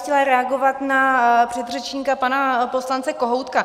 Chtěla bych reagovat na předřečníka pana poslance Kohoutka.